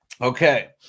okay